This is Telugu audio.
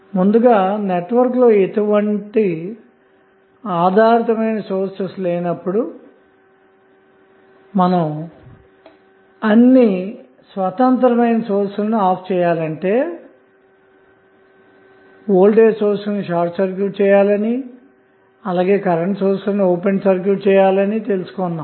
ముందుగా నెట్వర్క్ లో ఎటువంటి ఆధారిత సోర్సెస్ లేనప్పుడు మనం అన్ని స్వతంత్ర సోర్సెస్ ను ఆఫ్ చేయాలంటే వోల్టేజ్ సోర్స్ ను షార్ట్సర్క్యూట్చేయాలని మరియు కరెంటు సోర్స్ ను ఓపెన్ సర్క్యూట్చేయాలని తెలుసుకొన్నాము